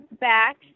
back